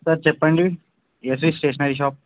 sir చెప్పండి AC stationery shop